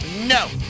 no